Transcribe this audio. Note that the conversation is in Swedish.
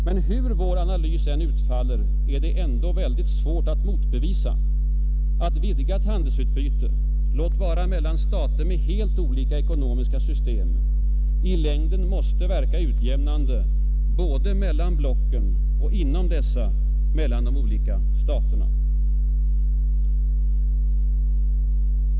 Men hur vår analys än utfaller är det ändå svårt att motbevisa, att vidgat handelsutbyte, låt vara mellan stater med helt olika ekonomiska system, i längden måste verka utjämnande både mellan blocken och inom dessa mellan de olika staterna.